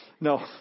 No